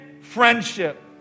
friendship